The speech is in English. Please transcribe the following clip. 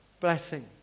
blessing